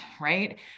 right